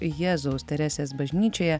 jėzaus teresės bažnyčioje